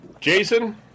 Jason